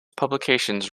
publications